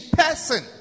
person